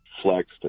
Flexed